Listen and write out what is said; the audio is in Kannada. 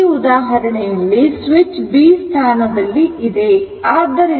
ಈ ಉದಾಹರಣೆಯಲ್ಲಿ ಸ್ವಿಚ್ B ಸ್ಥಾನದಲ್ಲಿ ಇದೆ